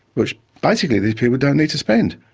which basically these people don't need to spend.